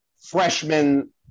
freshman